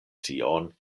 tion